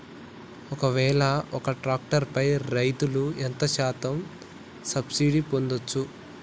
ఒక్కవేల ఒక్క ట్రాక్టర్ పై రైతులు ఎంత శాతం సబ్సిడీ పొందచ్చు?